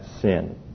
sin